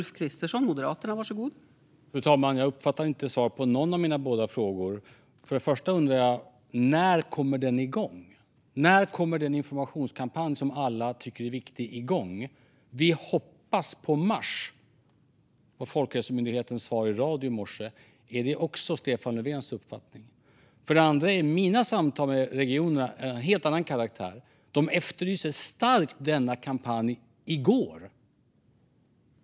Fru talman! Jag uppfattade inte svar på någon av mina båda frågor. För det första undrade jag när den kommer igång. När kommer den informationskampanj som alla tycker är viktig igång? Vi hoppas på mars, var Folkhälsomyndighetens svar i radio i morse. Är det även Stefan Löfvens uppfattning? Mina samtal med regionerna är av en helt annan karaktär. De efterlyste starkt denna kampanj i går.